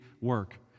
work